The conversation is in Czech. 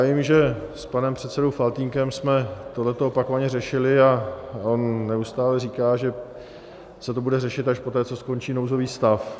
Vím, že s panem předsedou Faltýnkem jsme toto opakovaně řešili, a on neustále říká, že se to bude řešit až poté, co skončí nouzový stav.